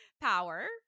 power